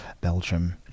Belgium